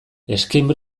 escape